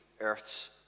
earth's